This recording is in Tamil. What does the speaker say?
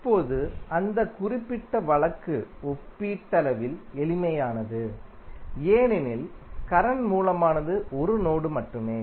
இப்போது அந்த குறிப்பிட்ட வழக்கு ஒப்பீட்டளவில் எளிமையானது ஏனெனில் கரண்ட் மூலமானது ஒரு நோடு மட்டுமே